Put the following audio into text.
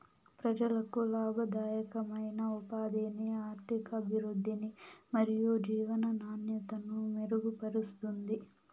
ప్రజలకు లాభదాయకమైన ఉపాధిని, ఆర్థికాభివృద్ధిని మరియు జీవన నాణ్యతను మెరుగుపరుస్తుంది